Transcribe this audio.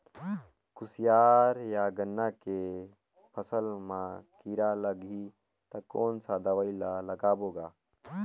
कोशियार या गन्ना के फसल मा कीरा लगही ता कौन सा दवाई ला लगाबो गा?